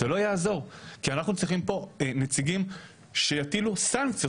זה לא יעזור כי אנחנו צריכים פה נציגים שיטילו סנקציות,